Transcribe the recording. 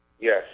Yes